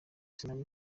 sinari